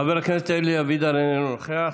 חבר הכנסת אלי אבידר, איננו נוכח,